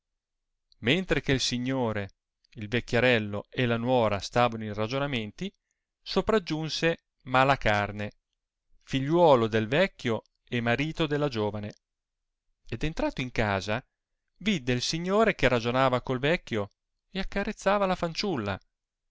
mentre che il signore il vecchiarello e la nuora stavano in ragionamenti sopraggiunse malacarne figliuolo del vecchio e marito della giovane ed entrato in casa vidde il signore che ragionava col vecchio e accarezzava la fanciulla